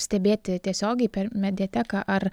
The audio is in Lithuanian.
stebėti tiesiogiai per mediateką ar